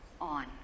on